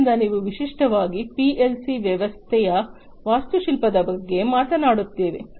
ಆದ್ದರಿಂದ ನಾವು ವಿಶಿಷ್ಟವಾದ ಪಿಎಲ್ಸಿ ವ್ಯವಸ್ಥೆಯ ವಾಸ್ತುಶಿಲ್ಪದ ಬಗ್ಗೆ ಮಾತನಾಡುತ್ತೇವೆ